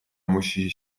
musi